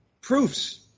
Proofs